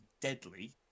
deadly